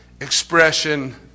expression